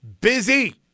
busy